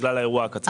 בגלל האירוע הקצר.